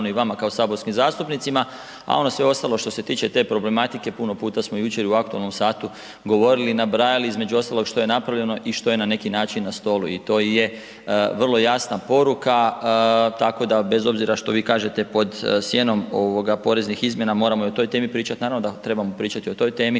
i vama kao saborskim zastupnicima. A ono sve ostalo što se tiče te problematike, puno puta smo jučer i u aktualnom satu govorili i nabrajali između ostalog što je napravljeno i što je na neki način na stolu i to je vrlo jasna poruka, tako da bez obzira što vi kažete pod sjenom poreznih izmjena moramo i o toj temi pričati. Naravno da trebamo pričati o toj temi